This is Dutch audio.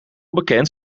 bekend